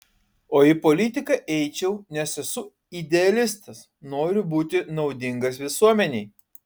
o į politiką eičiau nes esu idealistas noriu būti naudingas visuomenei